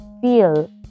feel